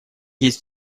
есть